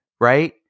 right